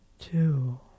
Two